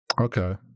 Okay